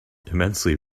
immensely